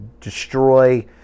destroy